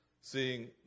seeing